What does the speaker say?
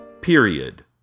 Period